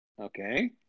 Okay